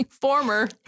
Former